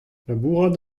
labourat